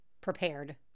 prepared